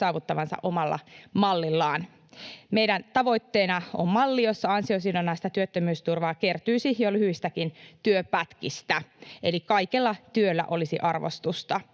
saavuttavansa omalla mallillaan. Meidän tavoitteenamme on malli, jossa ansiosidonnaista työttömyysturvaa kertyisi jo lyhyistäkin työpätkistä, eli kaikella työllä olisi arvostusta.